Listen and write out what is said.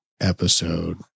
episode